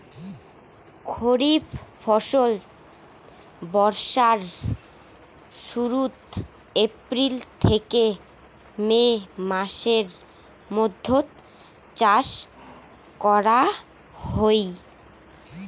খরিফ ফসল বর্ষার শুরুত, এপ্রিল থেকে মে মাসের মৈধ্যত চাষ করা হই